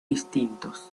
distintos